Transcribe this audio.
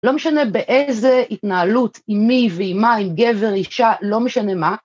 לא משנה באיזה התנהלות, עם מי ועם מה, עם גבר, אישה, לא משנה מה.